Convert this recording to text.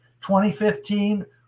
2015